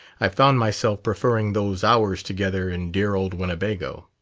i found myself preferring those hours together in dear old winnebago.